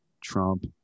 Trump